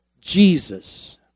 Jesus